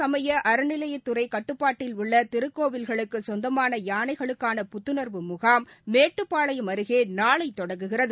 சமய அறநிலையத்துறை கட்டுப்பாட்டில் உள்ள திருக்கோவில்களுக்கு சொந்தமான இந்து யானைகளுக்கான புத்துணா்வு முகாம் மேட்டுப்பாளையம் அருகே நாளை தொடங்குகிறது